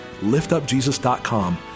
liftupjesus.com